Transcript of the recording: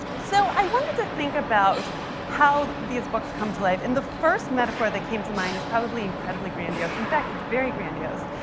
so i wanted to think about how these books come to life. and the first metaphor that came to mind is probably incredibly grandiose. in fact, it's very grandiose,